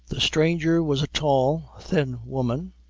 the stranger was a tall thin woman,